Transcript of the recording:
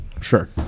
Sure